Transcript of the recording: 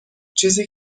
چیزی